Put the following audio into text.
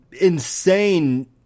insane